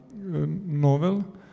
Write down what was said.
novel